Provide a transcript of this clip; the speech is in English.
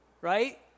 right